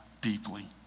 deeply